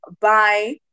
bye